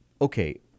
Okay